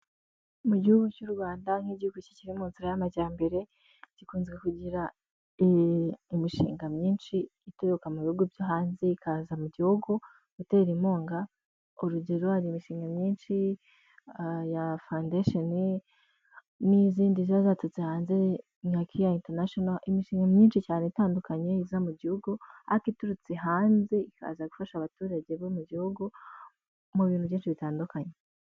Mu gihugu cy'u Rwanda nk'igihugu kikiri mu nzira y'amajyambere, gikunze kugira imishinga myinshi ituruka mu bihugu byo hanze, ikaza mu gihugu gutera inkunga, urugero hari imishinga myinshi ya foundation, n'izindi ziba zaturutse hanze nka Care international, imishinga myinshi cyane itandukanye iza mu gihugu ariko iturutse hanze, ikaza gufasha abaturage bo mu gihugu, mu bintu byinshi bitandukanye.